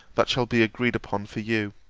that shall be agreed upon for you.